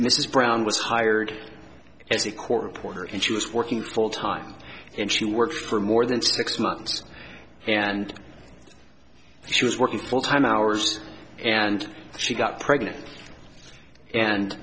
mrs brown was hired as a court reporter and she was working full time and she worked for more than six months and she was working full time hours and she got pregnant and